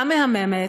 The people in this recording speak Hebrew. המהממת,